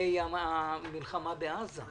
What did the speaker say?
לנפגעי המלחמה בעזה.